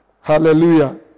Hallelujah